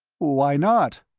why not?